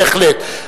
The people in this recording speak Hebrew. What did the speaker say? בהחלט,